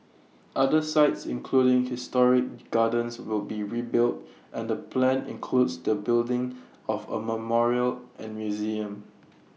other sites including historic gardens will be rebuilt and the plan includes the building of A memorial and museum